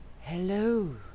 Hello